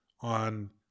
on